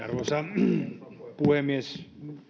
arvoisa puhemies